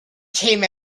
came